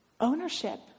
ownership